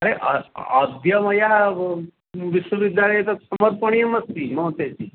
अरे अस्ति अद्य मया विश्वविद्यालये तत् समर्पणीयमस्ति महोदय